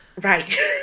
Right